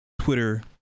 Twitter